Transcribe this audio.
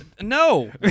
No